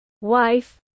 wife